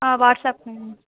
ஆ WhatsApp ம்